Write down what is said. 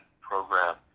program